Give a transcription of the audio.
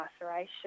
incarceration